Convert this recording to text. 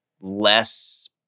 less